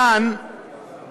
כאן